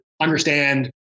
understand